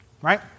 right